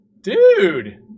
Dude